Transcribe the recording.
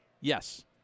Yes